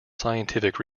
scientific